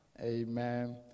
amen